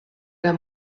der